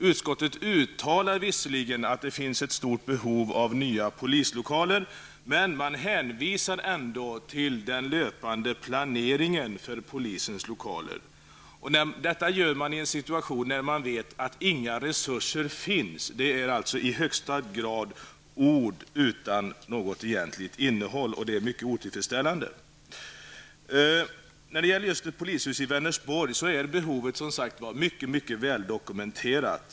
Utskottet uttalar visserligen att det finns ett stort behov av nya polislokaler men hänvisar ändå till den löpande planeringen för polisens lokaler. Detta gör man i en situation när man vet att inga resurser finns. Det är alltså i högsta grad ord utan något egentligt innehåll, och det är mycket otillfredsställande. Behovet av ett nytt polishus i Vänersborg är mycket väldokumenterat.